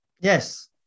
Yes